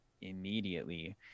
immediately